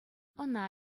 ӑна